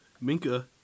Minka